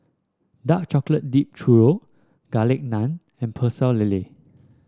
Dark Chocolate Dipped Churro Garlic Naan and Pecel Lele